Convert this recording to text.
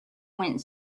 went